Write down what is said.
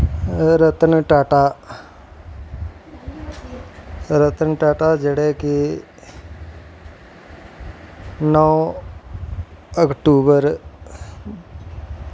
रतन टाटा रतन टाटा जेह्ड़े कि ना इक टयूवर